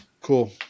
cool